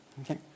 Okay